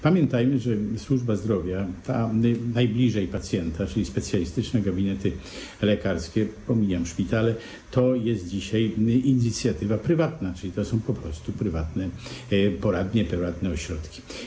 Pamiętajmy, że służba zdrowia, ta najbliżej pacjenta, czyli specjalistyczne gabinety lekarskie, pomijam szpitale, to jest dzisiaj inicjatywa prywatna, czyli to są po prostu prywatne poradnie, ośrodki.